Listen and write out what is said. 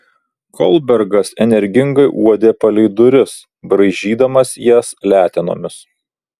kolbergas energingai uodė palei duris braižydamas jas letenomis